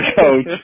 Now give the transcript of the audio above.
coach